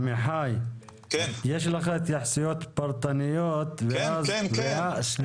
עמיחי, יש לך התייחסויות פרטניות, אז